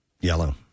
yellow